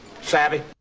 Savvy